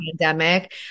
pandemic